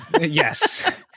Yes